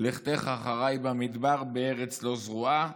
לכתך אחרי במדבר בארץ לא זרועה".